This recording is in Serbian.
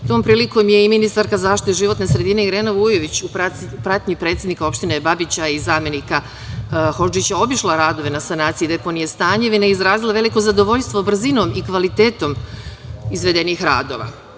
Tom prilikom je i ministarka za zaštitu životne sredine Irena Vujović, u pratnji predsednika opštine Babića i zamenika Hodžića, obišla radove na sanaciji deponije i izrazila veliko zadovoljstvo brzinom i kvalitetom izvedenih radova.